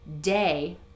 day